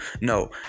No